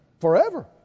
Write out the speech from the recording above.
forever